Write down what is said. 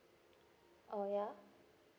oh ya